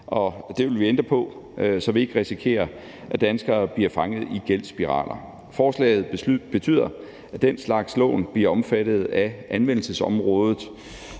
det vil vi ændre på, så vi ikke risikerer, at danskere bliver fanget i gældsspiraler. Forslaget betyder, at den slags lån bliver omfattet af anvendelsesområdet